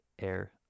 air